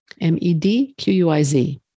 M-E-D-Q-U-I-Z